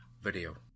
video